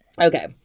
Okay